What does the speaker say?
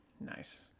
Nice